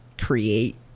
create